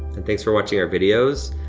and thanks for watching our videos.